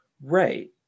Right